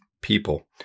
people